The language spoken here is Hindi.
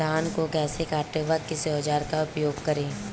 धान को कैसे काटे व किस औजार का उपयोग करें?